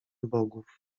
bogów